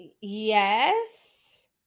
Yes